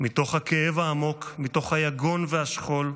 מתוך הכאב העמוק, מתוך היגון והשכול,